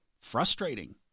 frustrating